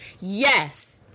yes